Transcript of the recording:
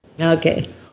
Okay